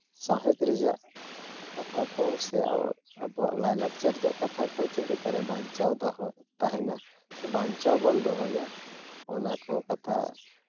ᱥᱟᱶᱦᱮᱫ ᱨᱮᱭᱟᱜ ᱠᱟᱛᱷᱟ ᱠᱚ ᱥᱮ ᱟᱵᱚᱣᱟᱜ ᱞᱟᱭᱼᱞᱟᱠᱪᱟᱨ ᱨᱮᱭᱟᱜ ᱠᱟᱛᱷᱟ ᱠᱚ ᱪᱮᱫ ᱞᱮᱠᱟᱨᱮ ᱵᱟᱧᱪᱟᱣ ᱫᱚᱦᱚ ᱛᱟᱦᱮᱱᱟ ᱥᱮ ᱵᱟᱧᱪᱟᱣ ᱵᱚᱱ ᱫᱚᱦᱚᱭᱟ ᱚᱱᱟᱠᱚ ᱠᱟᱛᱷᱟ